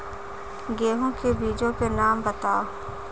गेहूँ के बीजों के नाम बताओ?